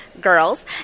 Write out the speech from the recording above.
Girls